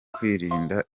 kwirinda